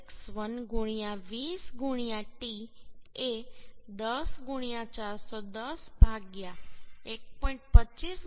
61 20 t એ 10 410 1